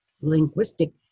Linguistic